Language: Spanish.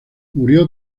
murió